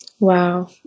Wow